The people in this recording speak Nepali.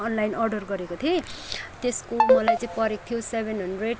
अनलाइन अर्डर गरेको थिएँ त्यसको मलाई परेको थियो सेभेन हन्ड्रेड